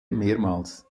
mehrmals